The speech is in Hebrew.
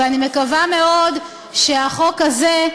ואני מקווה מאוד שהחוק הזה,